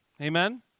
Amen